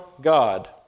God